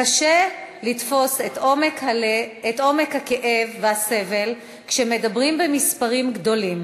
קשה לתפוס את עומק הכאב והסבל כשמדברים במספרים גדולים,